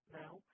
now